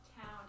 town